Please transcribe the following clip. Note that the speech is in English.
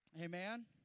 Amen